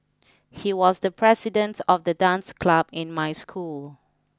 he was the president of the dance club in my school